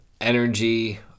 energy